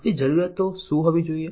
હવે જરૂરીયાતો શું હોવી જોઈએ